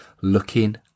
looking